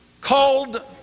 called